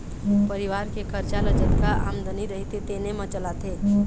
परिवार के खरचा ल जतका आमदनी रहिथे तेने म चलाथे